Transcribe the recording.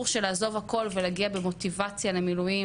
של לעזוב הכול ולהגיע במוטיבציה למילואים